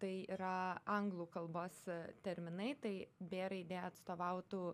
tai yra anglų kalbos terminai tai b raidė atstovautų